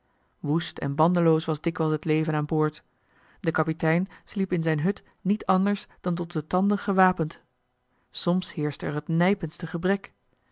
woest en bandeloos was dikwijls het leven aan boord de kapitein sliep in zijn hut niet anders dan tot de tanden gewapend soms heerschte er het nijpendste gebrek